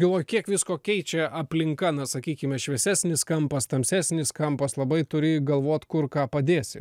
galvoju kiek visko keičia aplinka na sakykime šviesesnis kampas tamsesnis kampas labai turi galvot kur ką padėsi